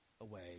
away